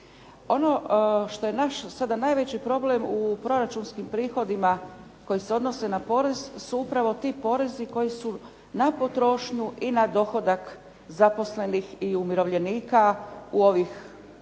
Ono što je naš sada najveći problem u proračunskim prihodima koji se odnose na porez su upravo ti porezi koji su na potrošnju i na dohodak zaposlenih i umirovljenika u ovih godinu